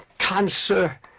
cancer